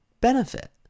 benefit